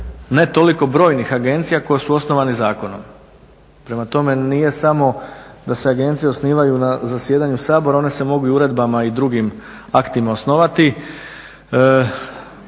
ne toliko brojnih agencija koje su osnovane zakonom. Prema tome nije samo da se agencije osnivaju na zasjedanju Sabora, one se mogu uredbama i drugim aktima osnovati.